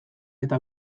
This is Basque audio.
eta